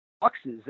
boxes